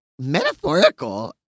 metaphorical